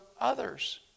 others